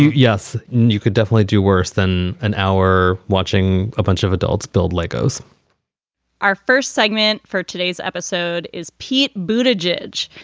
yes. you could definitely do worse than an hour watching a bunch of adults build legos our first segment for today's episode is pete boudia jej.